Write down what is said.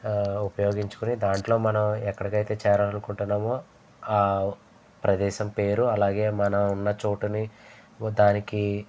ఉపయోగించుకుని దాంట్లో మనం ఎక్కడికైతే చేరాలనుకుంటున్నామో ఆ ప్రదేశం పేరు అలాగే మనం ఉన్న చోటుని దానికి